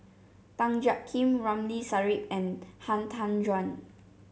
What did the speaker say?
Tan Jiak Kim Ramli Sarip and Han Tan Juan